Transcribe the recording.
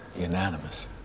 unanimous